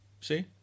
See